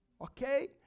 okay